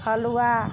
हलुआ